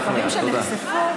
תודה.